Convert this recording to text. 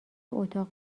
اتاق